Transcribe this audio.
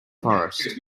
forest